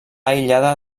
aïllada